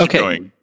Okay